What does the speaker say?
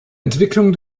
entwicklung